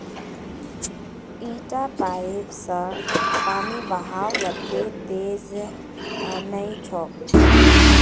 इटा पाइप स पानीर बहाव वत्ते तेज नइ छोक